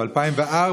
ב-2004,